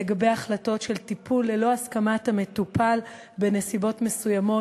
לגבי החלטות של טיפול ללא הסכמת המטופל בנסיבות מסוימות,